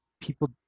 people